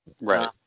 Right